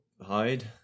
hide